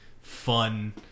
fun